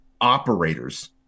operators